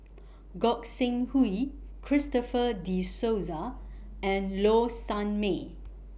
Gog Sing Hooi Christopher De Souza and Low Sanmay